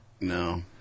No